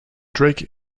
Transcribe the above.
drake